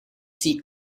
see